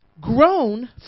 grown